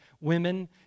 women